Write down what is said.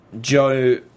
Joe